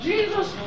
Jesus